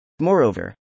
Moreover